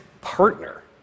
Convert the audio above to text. partner